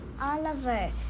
Oliver